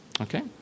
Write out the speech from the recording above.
Okay